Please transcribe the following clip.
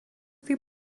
taip